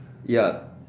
ya